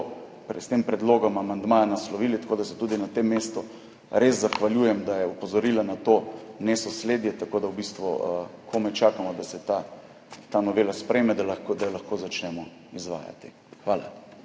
s tem predlogom amandmaja naslovili, tako da se tudi na tem mestu res zahvaljujem, da je opozorila na to nesosledje, tako da v bistvu komaj čakamo, da se ta novela sprejme, da jo lahko začnemo izvajati. Hvala.